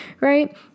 right